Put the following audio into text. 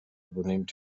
übernimmt